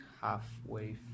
halfway